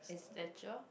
stretcher